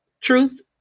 Truth